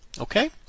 Okay